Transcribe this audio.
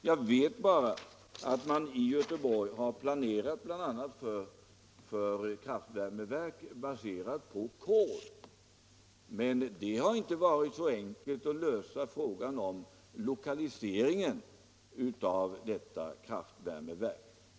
Jag vet bara att man i Göteborg har planerat bl.a. för kraftvärmeverk baserade på kol. Men det har inte varit så enkelt att lösa frågan om lokaliseringen av detta kraftvärmeverk.